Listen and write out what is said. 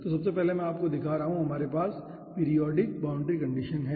तो सबसे पहले मैं आपको दिखा रहा हूँ कि हमारे पास पीरिऑडिक बाउंड्री कंडीशन है